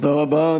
תודה רבה.